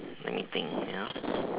let me think ya